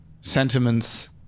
sentiments